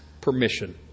permission